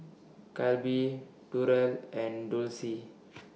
Kolby Durell and Dulcie